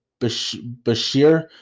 Bashir